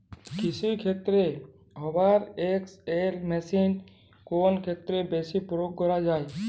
কৃষিক্ষেত্রে Hoover XL মেশিনটি কোন ক্ষেত্রে বেশি প্রয়োগ করা হয়?